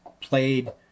played